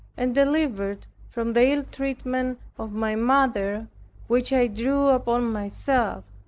and delivered from the ill-treatment of my mother which i drew upon myself.